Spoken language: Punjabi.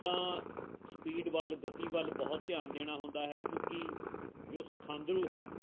ਤਾਂ ਸਪੀਡ ਵੱਲ ਗਤੀ ਵੱਲ ਬਹੁਤ ਧਿਆਨ ਦੇਣਾ ਹੁੰਦਾ ਹੈ ਕਿਉਂਕਿ ਜੋ ਸਿਖਾਂਦਰੂ ਹੈ